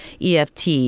EFT